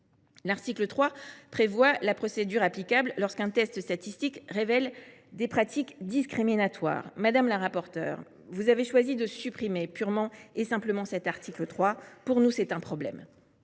quant à lui, la procédure applicable lorsqu’un test statistique révèle des pratiques discriminatoires. Madame la rapporteure, vous avez choisi de supprimer purement et simplement cet article. Nous considérons que c’est un problème.